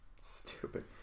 stupid